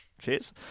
Cheers